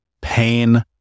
pain